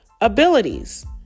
abilities